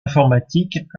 informatiques